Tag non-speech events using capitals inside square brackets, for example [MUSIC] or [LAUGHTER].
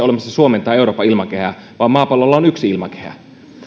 [UNINTELLIGIBLE] olemassa erikseen suomen tai euroopan ilmakehää vaan maapallolla on yksi ilmakehä